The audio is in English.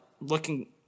looking